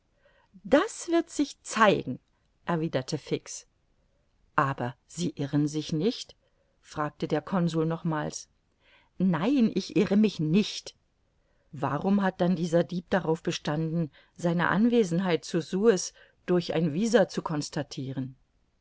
das wird sich zeigen erwiderte fix aber irren sie sich nicht fragte der consul nochmals nein ich irre mich nicht warum hat dann dieser dieb darauf bestanden seine anwesenheit zu suez durch ein visa zu constatiren